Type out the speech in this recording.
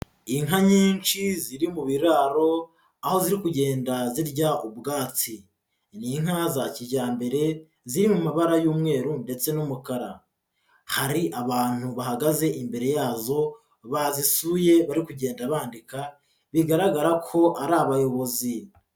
Inka nyinshi ziri mu biraro, aho ziri kugenda zirya ubwatsi. Ni inka za kijyambere ziri mu mabara y'umweru ndetse n'umukara. Hari abantu bahagaze imbere yazo, bazisuye bari kugenda bandika, bigaragara ko ari abayobozi.